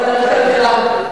ועדת החינוך של הכנסת.